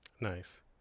Nice